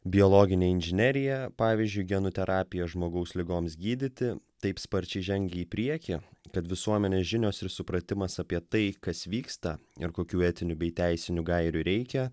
biologinė inžinerija pavyzdžiui genų terapija žmogaus ligoms gydyti taip sparčiai žengia į priekį kad visuomenė žinios ir supratimas apie tai kas vyksta ir kokių etinių bei teisinių gairių reikia